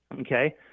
Okay